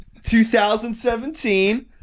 2017